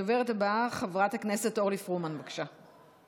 הדוברת הבאה, חברת הכנסת אורלי פרומן, בבקשה.